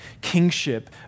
kingship